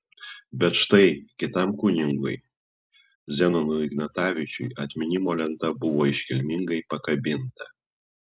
bet štai kitam kunigui zenonui ignatavičiui atminimo lenta buvo iškilmingai pakabinta